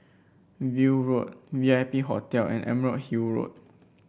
View Road V I P Hotel and Emerald Hill Road